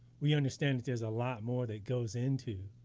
we understand that there's a lot more that goes into